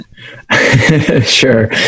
Sure